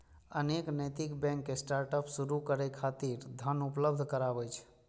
अनेक नैतिक bank startup शुरू करै खातिर धन उपलब्ध कराबै छै